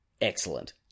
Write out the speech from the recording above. excellent